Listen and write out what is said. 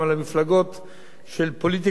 של פוליטיקה דתית עולות לשלטון.